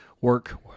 work